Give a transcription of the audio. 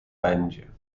będzie